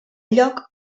lloc